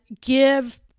give